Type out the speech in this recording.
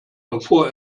bevor